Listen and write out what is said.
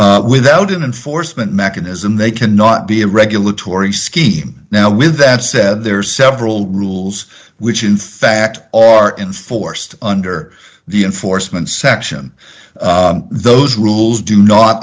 p without it and foresman mechanism they cannot be a regulatory scheme now with that said there are several rules which in fact are enforced under the enforcement section those rules do not